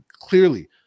clearly